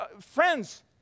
Friends